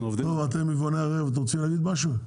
יבואני הרכב רוצים להתייחס?